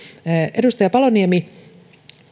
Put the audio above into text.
edustaja paloniemi